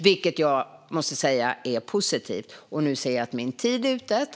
Det måste jag säga är positivt.